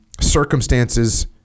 circumstances